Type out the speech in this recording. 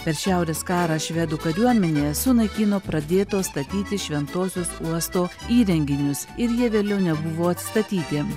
per šiaurės karą švedų kariuomenė sunaikino pradėto statyti šventosios uosto įrenginius ir jie vėliau nebuvo atstatyti